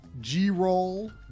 G-roll